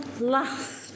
last